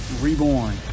reborn